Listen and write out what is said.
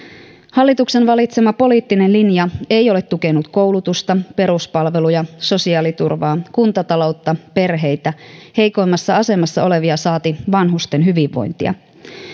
hallituksen valitsema poliittinen linja ei ole tukenut koulutusta peruspalveluja sosiaaliturvaa kuntataloutta perheitä heikoimmassa asemassa olevia saati vanhusten hyvinvointia